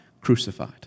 crucified